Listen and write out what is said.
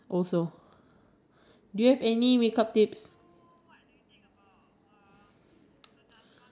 maybe one pump or maybe half a pump and then let it dry then go another half a pump if it's like two pump then go one pump